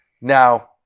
Now